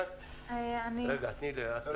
האחרים?